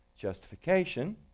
Justification